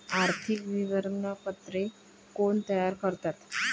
आर्थिक विवरणपत्रे कोण तयार करतात?